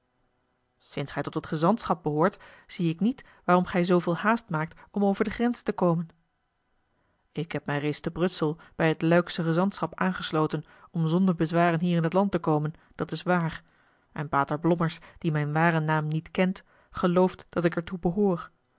sinds gij tot het gezantschap behoort zie ik niet waarom gij zooveel haast maakt om over de grenzen te komen ik heb mij reeds te brussel bij het luiksche gezantschap aangesloten om zonder bezwaren hier in t land te komen dat is waar en pater blommers die mijn waren naam niet kent gelooft dat ik er toe behoor